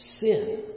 sin